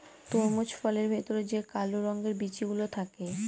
তরমুজ ফলের ভেতরে যে কালো রঙের বিচি গুলো থাকে